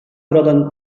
buradan